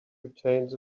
retained